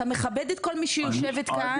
אתה מכבד את כל מי שיושבת כאן.